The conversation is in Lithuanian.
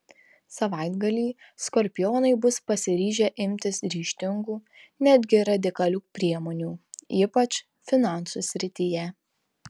savaitgalį skorpionai bus pasiryžę imtis ryžtingų netgi radikalių priemonių ypač finansų srityje